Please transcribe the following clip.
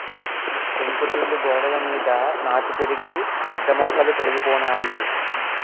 పెంకుటిల్లు గోడలమీద నాచు పెరిగి పెద్ద మొక్కలు పెరిగిపోనాయి